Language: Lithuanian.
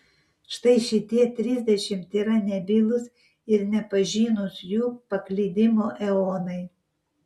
štai šitie trisdešimt yra nebylūs ir nepažinūs jų paklydimo eonai